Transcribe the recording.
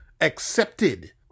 accepted